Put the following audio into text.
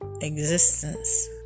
existence